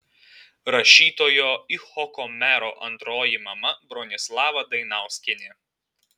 rašytojo icchoko mero antroji mama bronislava dainauskienė